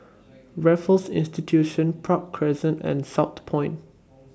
Raffles Institution Park Crescent and Southpoint